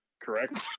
Correct